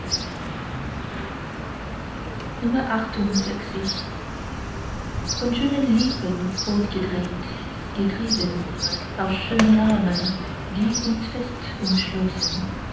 von schönen lippen fortgedrängt getrieben aus schönen armen die uns fest umschlossen